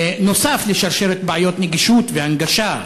נוסף על כך, שרשרת בעיות גישות והנגשה,